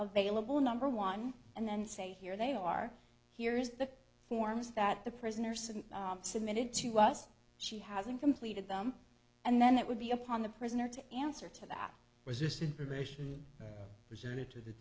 available number one and then say here they are here is the forms that the prisoners and submitted to us she hasn't completed them and then it would be upon the prisoner to answer to that was this information presented to the